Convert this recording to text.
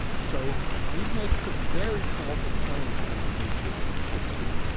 so we make some very powerful claims about the nature of jewish history.